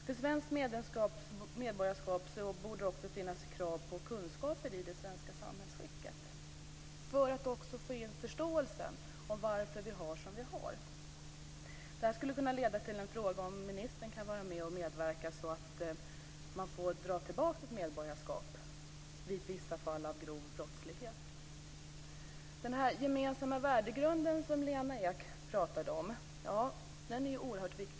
För svenskt medborgarskap borde det också finnas krav på kunskaper i det svenska samhällsskicket; detta för att också få in en förståelse om varför vi har den ordning vi har. Detta skulle kunna leda till en fråga om ministern kan medverka till att ett medborgarskap får dras tillbaka i vissa fall av grov brottslighet. Den gemensamma värdegrund som Lena Ek talade om är oerhört viktig.